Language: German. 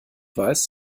weiß